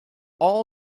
all